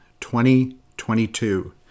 2022